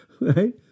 Right